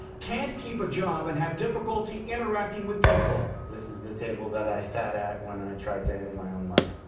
can't keep a job and have difficulty interacting with people. this is the table i sat at when i tried to end my own life.